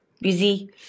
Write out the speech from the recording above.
busy